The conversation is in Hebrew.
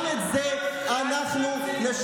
גם את זה אנחנו נשנה.